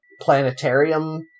planetarium